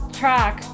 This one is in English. track